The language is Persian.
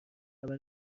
خبر